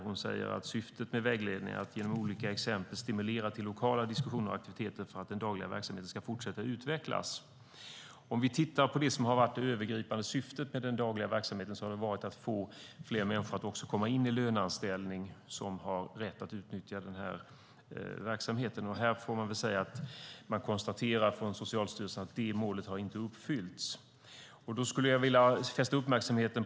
Hon säger att syftet med vägledningen är att genom olika exempel stimulera till lokala diskussioner och aktiviteter för att den dagliga verksamheten ska fortsätta utvecklas. Det övergripande syftet med den dagliga verksamheten har varit att få fler människor som har rätt att utnyttja denna verksamhet att komma in i löneanställning. Från Socialstyrelsen konstaterar man dock att detta mål inte har uppfyllts.